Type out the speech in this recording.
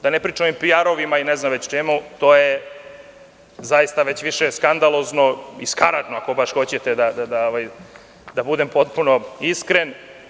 Da ne pričam o ovim PR-ovima ili ne znam čemu, to je zaista već više skandalozno i skaradno, ako baš hoćete da budem potpuno iskren.